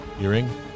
Earring